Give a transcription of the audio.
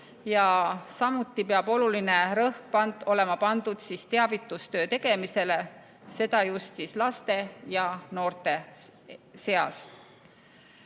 samuti peab oluline rõhk olema pandud teavitustöö tegemisele, seda just laste ja noorte seas.